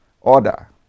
order